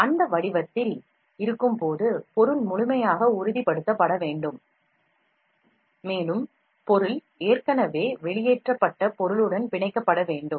அந்த வடிவத்தில் இருக்கும்போது பொருள் முழுமையாக உறுதிப்படுத்தப்பட வேண்டும்